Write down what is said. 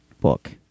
book